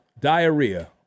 diarrhea